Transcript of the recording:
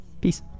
peace